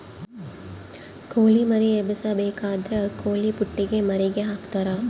ಕೊಳಿ ಮರಿ ಎಬ್ಬಿಸಬೇಕಾದ್ರ ಕೊಳಿಪುಟ್ಟೆಗ ಮರಿಗೆ ಹಾಕ್ತರಾ